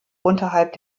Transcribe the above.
unterhalb